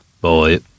Boy